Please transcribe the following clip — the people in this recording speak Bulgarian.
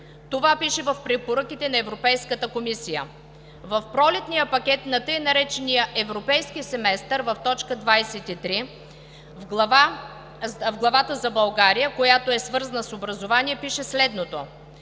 Това пише в препоръките на Европейската комисия. В пролетния пакет на тъй наречения Европейски семестър в т. 23, в главата за България, която е свързана с образование, пише следното: